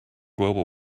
global